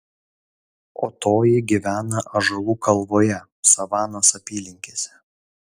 o toji gyvena ąžuolų kalvoje savanos apylinkėse